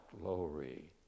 glory